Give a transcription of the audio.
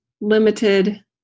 limited